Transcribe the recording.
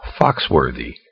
Foxworthy